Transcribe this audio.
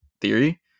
theory